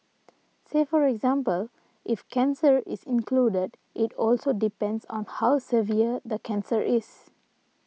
say for example if cancer is included it also depends on how severe the cancer is